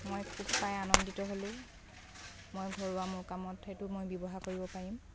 মই খুব পাই আনন্দিত হ'লোঁ মই ঘৰুৱা মোৰ কামত সেইটো মই ব্যৱহাৰ কৰিব পাৰিম